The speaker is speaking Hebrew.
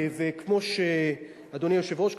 אדוני היושב-ראש,